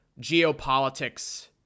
geopolitics